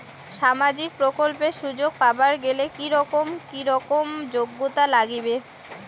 সামাজিক প্রকল্পের সুযোগ পাবার গেলে কি রকম কি রকম যোগ্যতা লাগিবে?